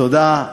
תודה,